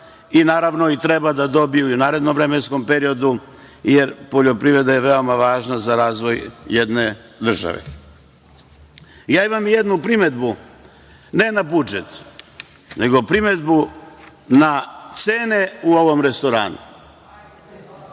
i naravno treba da dobiju i u narednom vremenskom periodu, jer poljoprivreda je veoma važna za razvoj jedne države. Imam jednu primedbu, ne na budžet, nego primedbu na cene u ovom restoranu.